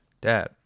Dad